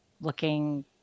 looking